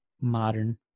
modern